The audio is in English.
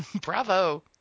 bravo